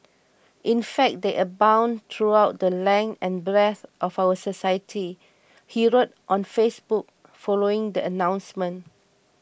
in fact they abound throughout the length and breadth of our society he wrote on Facebook following the announcement